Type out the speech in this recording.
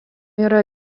yra